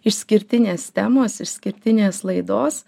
išskirtinės temos išskirtinės laidos